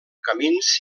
camins